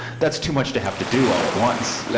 that's too much to have to do all at once. like